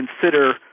consider